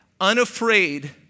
unafraid